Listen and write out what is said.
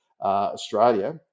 Australia